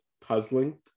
puzzling